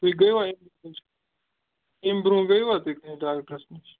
تُہۍ گٔیوا اَمہِ برٛونٛہہ گٔیوا تُہۍ کٲنٛسہِ ڈاکٹَرَس نِش